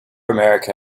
america